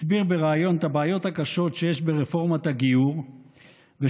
הסביר בריאיון את הבעיות הקשות שיש ברפורמת הגיור ושמי